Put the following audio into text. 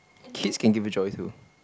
kids can give you joy too